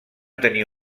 tenir